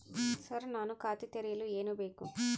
Sir ನಾನು ಖಾತೆ ತೆರೆಯಲು ಏನು ಬೇಕು?